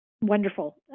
wonderful